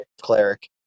cleric